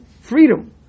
freedom